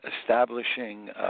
establishing